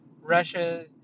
Russia